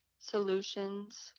solutions